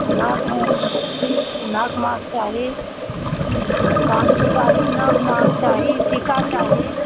नाक म नाक महक चाही कानके चाही नाक महक चाही टीका चाही